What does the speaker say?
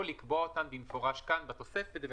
או לקבוע אותן במפורש כאן בתוספת,